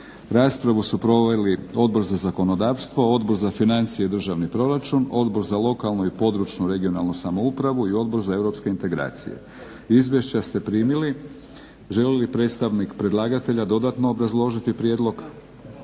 Raspravu su proveli Odbor za zakonodavstvo, Odbor za financije i državni proračun, Odbor za lokalnu i područnu (regionalnu) samoupravu i Odbor za europske integracije. Izvješća ste primili. Želi li predstavnik predlagatelja dodatno obrazložiti prijedlog?